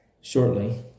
shortly